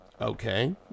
Okay